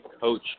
coach